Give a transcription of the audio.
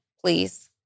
please